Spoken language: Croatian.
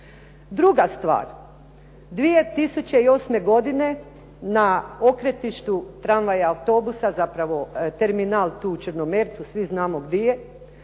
Druga stvar, 2008. godine na okretištu tramvaja, autobusa, zapravo terminal tu u Črnomercu, svi znamo gdje je,